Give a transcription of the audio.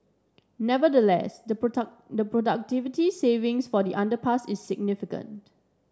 nevertheless the product productivity savings for the underpass is significant